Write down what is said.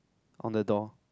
on the door